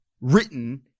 written